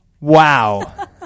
Wow